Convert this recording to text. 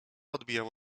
odbijała